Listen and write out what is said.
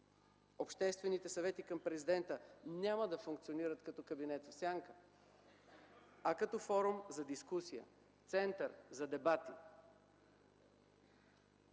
Обществените съвети към Президента няма да функционират като кабинет в сянка, а като форум за дискусия, център за дебати